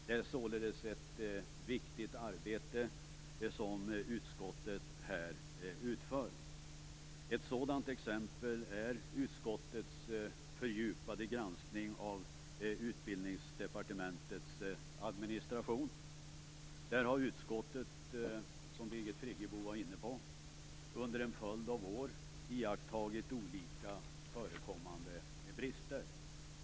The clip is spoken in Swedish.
Det är således ett viktigt arbete som utskottet här utför. Ett sådant exempel är utskottets fördjupade granskning av Utbildningsdepartementets administration. Där har utskottet, som Birgit Friggebo var inne på, under en följd av år iakttagit olika förekommande brister.